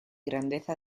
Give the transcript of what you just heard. grandeza